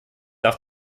darf